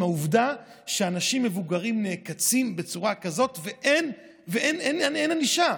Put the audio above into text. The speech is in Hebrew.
העובדה שאנשים מבוגרים נעקצים בצורה כזאת ואין ענישה.